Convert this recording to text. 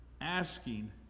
asking